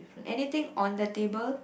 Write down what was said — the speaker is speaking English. anything on the table